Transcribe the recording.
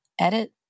edit